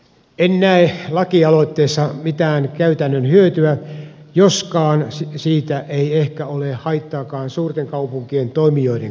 en näe lakialoitteessa mitään käytännön hyötyä joskaan siitä ei ehkä ole haittaakaan suurten kaupunkien toimijoiden kannalta